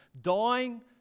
Dying